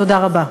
תודה רבה.